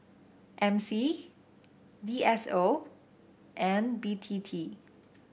M C D S O and B T T